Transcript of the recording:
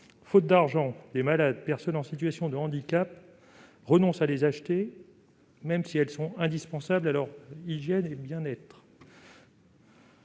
Faute d'argent, des malades et personnes en situation de handicap renoncent à les acheter, même si elles sont indispensables à leur hygiène et leur bien-être.